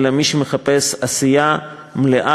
אלא מחפש עשייה מלאה,